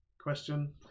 question